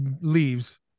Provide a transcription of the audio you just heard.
leaves